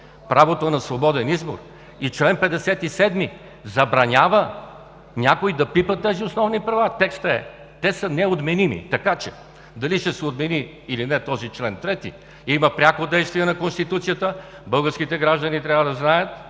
правото на свободен избор. И чл. 57 забранява някой да пипа тези основни права. Текстът е: те са „неотменими“. Така че дали ще се отмени, или не този член 3, има пряко действие на Конституцията. Българските граждани трябва да знаят,